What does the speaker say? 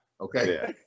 Okay